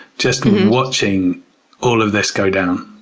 just watching all of this go down.